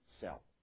sell